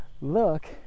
look